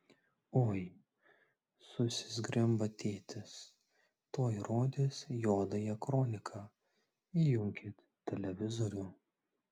oi susizgrimba tėtis tuoj rodys juodąją kroniką įjunkit televizorių